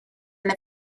and